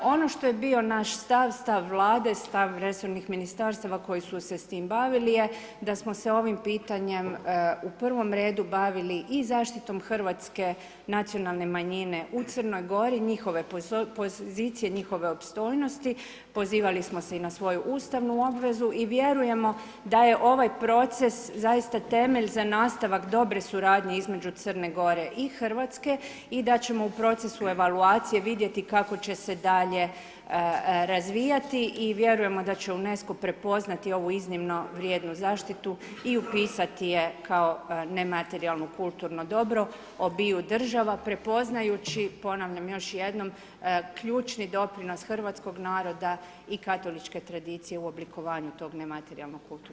Ono što je bio naš stav, stav Vlade, stav resornih ministarstava koje su se s tim bavili je, da su se ovim pitanjem u prvom redu bavili i zaštitom Hrvatske, nacionalne manjine u Crnoj Gori, njihove pozicije, njihove opstojnosti, pozivali smo se i na svoju Ustavnu obvezu i vjerujemo da je ovaj proces zaista temelj za nastavak dobre suradnje između Crne Gore i Hrvatske i da ćemo u procesu evaluacije, vidjeti kako će se dalje razvijati i vjerujemo da će UNESCO prepoznati ovu iznimno vrijednu zaštitu i upisati je kao nematerijalnu kulturno dobro obiju država, prepoznajući ponavljam još jednom, ključni doprinos hrvatskog naroda i Katoličke tradicije u oblikovanju tog nematerijalnog kulturnog dobra.